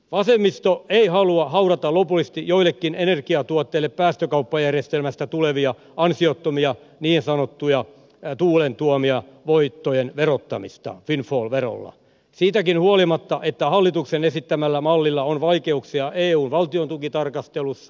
vasemmisto ei halua haudata lopullisesti joillekin energiantuottajille päästökauppajärjestelmästä tulevien ansiottomien niin sanottujen tuulen tuomien voittojen verottamista windfall verolla siitäkään huolimatta että hallituksen esittämällä mallilla on vaikeuksia eun valtiontukitarkastelussa